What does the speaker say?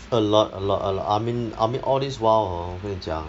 a lot a lot a lot I mean I mean all these while hor 我跟你讲